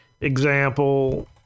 Example